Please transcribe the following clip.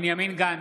בנימין גנץ,